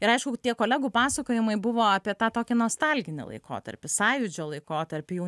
ir aišku tie kolegų pasakojimai buvo apie tą tokį nostalginį laikotarpį sąjūdžio laikotarpį jau